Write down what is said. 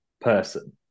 person